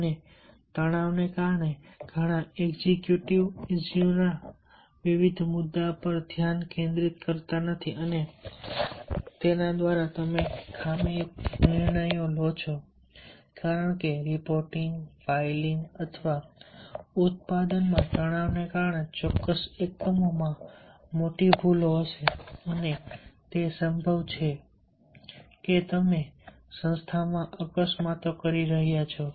અને તણાવને કારણે ઘણા એક્ઝિક્યુટિવ્સ ઇશ્યૂ ના વિવિધ મુદ્દા પર ધ્યાન કેન્દ્રિત કરતા નથી અને ખામીયુક્ત નિર્ણયો લે છે કારણ કે રિપોર્ટિંગ ફાઇલિંગ અથવા ઉત્પાદનમાં તણાવને કારણે ચોક્કસ એકમોમાં મોટી ભૂલો હશે અને સંભવ છે કે તમે સંસ્થામાં અકસ્માતો કરી રહ્યા છો